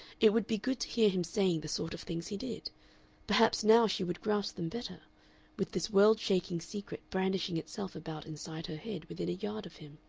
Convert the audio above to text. it would be good to hear him saying the sort of things he did perhaps now she would grasp them better with this world-shaking secret brandishing itself about inside her head within a yard of him.